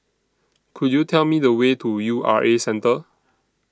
Could YOU Tell Me The Way to U R A Centre